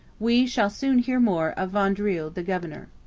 we shall soon hear more of vaudreuil the governor.